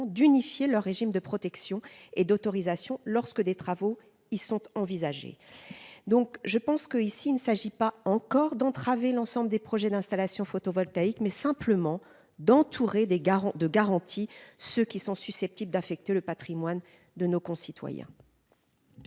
d'unifier le régime de protection et d'autorisation lorsque des travaux, ils sont envisagées, donc je pense qu'ici il ne s'agit pas encore d'entraver l'ensemble des projets d'installations photovoltaïques, mais simplement d'entourer des garants de garantie, ceux qui sont susceptibles d'affecter le Patrimoine de nos concitoyens.